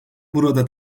burada